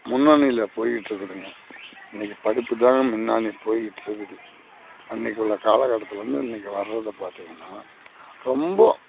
முன்னணியில போயிகிட்டு இருக்குதுங்க இன்னக்கு படிப்பு தான் முன்னாணி போயிகிட்டு இருக்குது அன்னைக்கு உள்ள காலக்கட்டத்துக்கு வந்து இன்னைக்கு வரதை பார்த்திங்கன்னா ரொம்ப